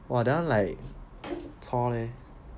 that [one] like 很差 leh